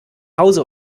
hause